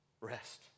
Rest